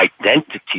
identity